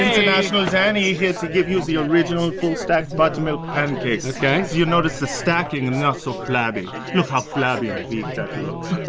international danny here to give you the original full stack buttermilk pancakes. okay. so you notice the stacking and they're so flabby. look how flabby and big that looks.